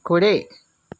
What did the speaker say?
కుడి